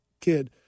kid